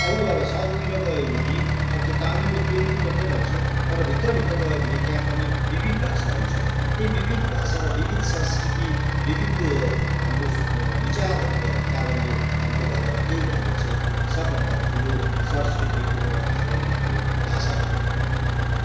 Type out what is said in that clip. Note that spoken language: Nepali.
अरू अब साउथतिर गयो भने अब त्यो तमिल र तेलुगु मात्रै भन्छन् तर भित्र भित्र गयो भने त्यहाँ पनि विविध भाषाहरू छन् त्यही विविध भाषा र विविध संस्कृति विविध हाम्रो विचारहरू भएको कारणले हाम्रो भारत त्यही भएर चाहिँ सबभन्दा ठुलो संस्कृतिको एउटा धरोहर हो भाषाको धरोहर हो